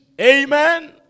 Amen